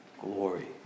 glory